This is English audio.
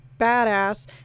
badass